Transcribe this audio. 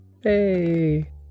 Hey